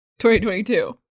2022